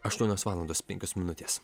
aštuonios valandos penkios minutės